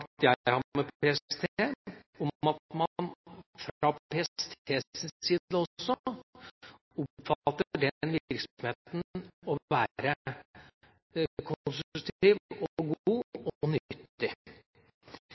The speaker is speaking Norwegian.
jeg har med PST, om at man fra PSTs side også oppfatter den virksomheten å være konstruktiv, god og